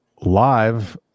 Live